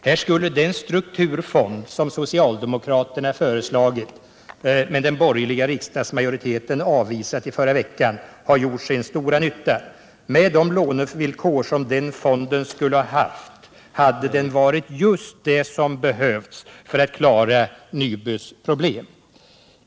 Här skulle den strukturfond som socialdemokraterna föreslagit, men den borgerliga riksdagsmajoriteten avvisat i förra veckan, ha gjort sin stora nytta. Med de lånevillkor som den fonden skulle ha haft, hade den varit just vad som behövts för att klara Nybys problem.